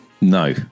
No